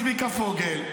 צביקה פוגל,